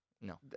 No